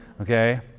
Okay